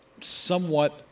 somewhat